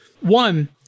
one